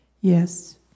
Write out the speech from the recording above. Yes